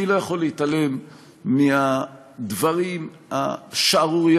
אני לא יכול להתעלם מהדברים השערורייתיים